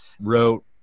wrote